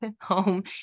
home